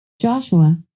Joshua